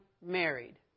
married